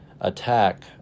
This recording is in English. attack